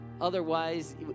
otherwise